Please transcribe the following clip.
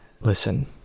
Listen